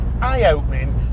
eye-opening